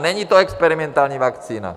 Není to experimentální vakcína.